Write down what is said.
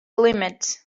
limit